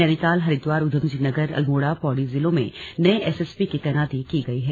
नैनीताल हरिद्वार ऊधमसिंहनगर अल्मोड़ा पौड़ी जिलों में नये एसएसपी की तैनाती की गई है